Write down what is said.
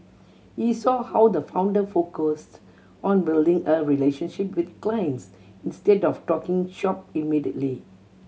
he saw how the founder focused on building a relationship with clients instead of talking shop immediately